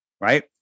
right